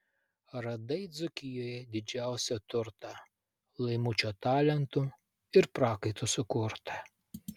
radai dzūkijoje didžiausią turtą laimučio talentu ir prakaitu sukurtą